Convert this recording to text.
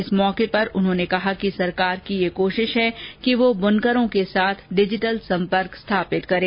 इस अवसर पर उन्होंने कहा कि सरकार की यह कोशिश है कि वह ब्नकरों के साथ डिजीटल सम्पर्क भी स्थापित करे